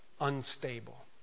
unstable